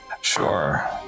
Sure